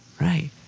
right